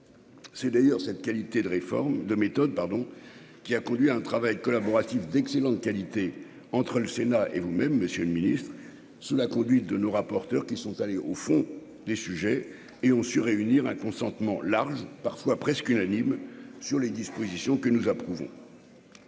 C'est d'ailleurs cette qualité de réforme de méthode, pardon, qui a conduit un travail collaboratif d'excellente qualité, entre le Sénat et vous-même, Monsieur le Ministre, sous la conduite de nos rapporteurs qui sont allés au fond des sujets et ont su réunir un consentement large parfois presque unanime sur les dispositions que nous approuvons,